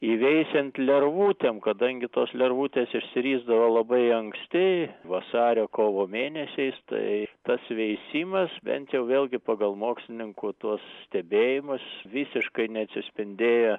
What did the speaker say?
įveisiant lervutėm kadangi tos lervutės išsirisdavo labai anksti vasario kovo mėnesiais tai tas veisimas bent jau vėlgi pagal mokslininkų tuos stebėjimus visiškai neatsispindėjo